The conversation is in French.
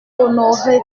honoré